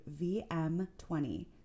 vm20